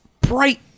bright